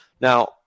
Now